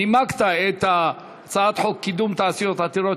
נימקת את הצעת חוק קידום תעשיות עתירות